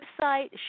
website